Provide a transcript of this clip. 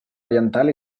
oriental